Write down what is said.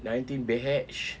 nineteen bitch